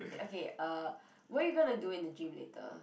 okay uh what are you gonna do in the gym later